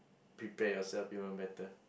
prepare yourself become a better